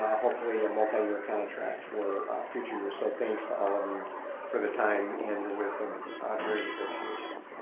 hopefully, a multi-year contract for future years. so thanks to all of you for the time and your wisdom during negotiations.